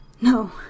No